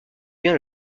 bien